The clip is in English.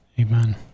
Amen